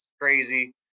crazy